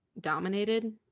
dominated